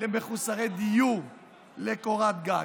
למחוסרי דיור לקורת גג,